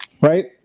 right